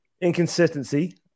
inconsistency